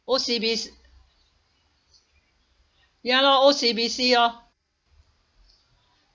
O_C_B_C ya lor O_C_B_C lor